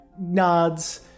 nods